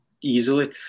easily